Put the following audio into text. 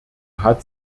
hat